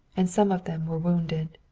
and some of them were wounded.